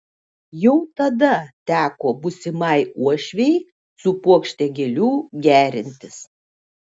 jau tada teko būsimai uošvei su puokšte gėlių gerintis